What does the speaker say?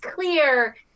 clear